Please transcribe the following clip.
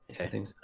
Okay